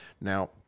Now